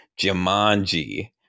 Jumanji